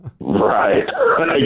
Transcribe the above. right